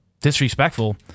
disrespectful